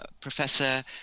professor